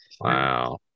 Wow